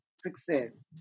success